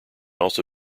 also